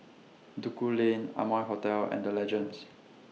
Duku Lane Amoy Hotel and The Legends